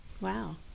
Wow